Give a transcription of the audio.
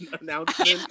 announcement